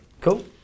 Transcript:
Cool